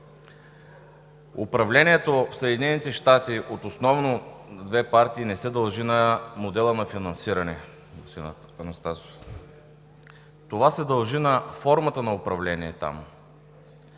Управлението в Съединените щати основно от две партии не се дължи на модела на финансиране, господин Атанасов. Това се дължи на формата на управление там.